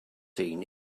seen